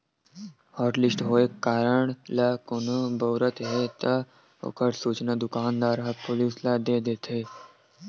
hotlist होए card ल कोनो बउरत हे त ओखर सूचना दुकानदार ह पुलिस ल दे देथे